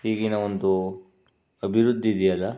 ಈಗಿನ ಒಂದು ಅಭಿವೃದ್ಧಿಯಿದೆಯಲ್ಲ